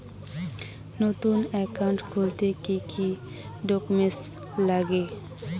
নতুন একাউন্ট খুলতে কি কি ডকুমেন্ট লাগে?